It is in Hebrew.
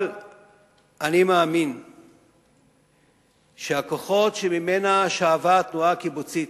אבל אני מאמין שהכוחות שמהם שאבה התנועה הקיבוצית,